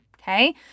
Okay